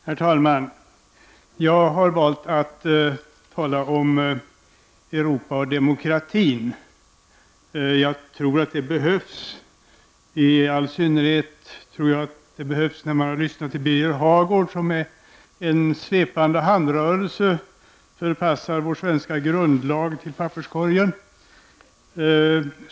Herr talman! Jag har valt att tala om Europa och demokratin. Det tror jag behövs. I all synnerhet tror jag det efter att ha lyssnat till Birger Hagård som med en svepande handrörelse förpassar vår svenska grundlag till papperskorgen.